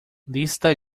lista